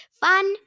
Fun